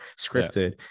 scripted